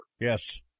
Yes